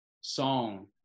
song